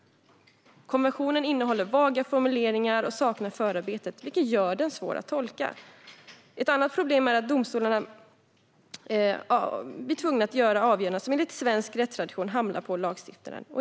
Konventionen innehåller vaga formuleringar och saknar förarbeten, vilket gör den svår att tolka. Ett annat problem är att domstolarna blir tvungna att göra avgöranden som enligt svensk rättstradition hamnar på lagstiftaren.